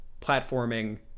platforming